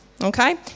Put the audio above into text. Okay